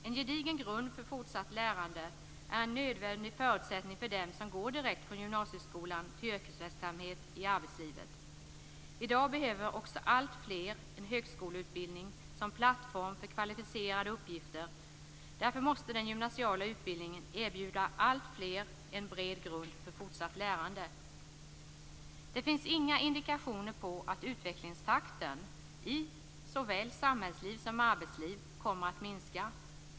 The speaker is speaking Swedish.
En gedigen grund för fortsatt lärande är en nödvändig förutsättning för dem som går direkt från gymnasieskolan till yrkesverksamhet i arbetslivet. I dag behöver också alltfler en högskoleutbildning som plattform för kvalificerade uppgifter. Därför måste den gymnasiala utbildningen erbjuda alltfler en bred grund för fortsatt lärande. Det finns inga indikationer på att utvecklingstakten i såväl samhällsliv som arbetsliv kommer att minska.